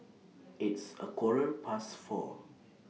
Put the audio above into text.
its A Quarter Past four